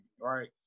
right